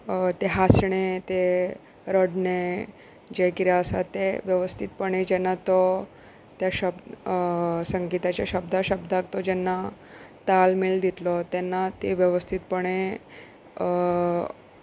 ते हांसणें ते रडणें जें कितें आसा तें वेवस्थीतपणे जेन्ना तो त्या शब्द संगीताच्या शब्द शब्दाक तो जेन्ना ताल मेल दितलो तेन्ना ते वेवस्थीतपणे